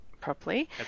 properly